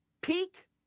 peak